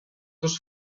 dos